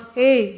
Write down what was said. hey